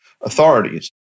authorities